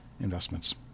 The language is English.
investments